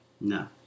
No